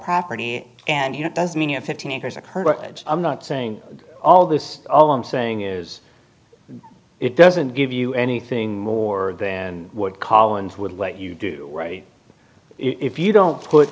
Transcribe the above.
property and you know it does mean you know fifteen acres or courage i'm not saying all this all i'm saying is it doesn't give you anything more than what collins would let you do right if you don't put